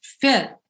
fit